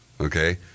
Okay